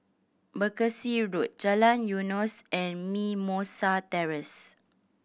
Berkshire Road Jalan Eunos and Mimosa Terrace